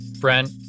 Brent